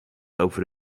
over